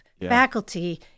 faculty